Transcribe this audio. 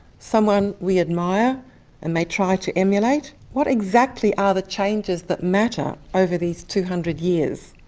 someone we admire and may try to emulate? what exactly are the changes that matter over these two hundred years?